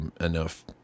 enough